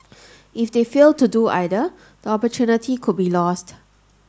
if they fail to do either the opportunity could be lost